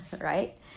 right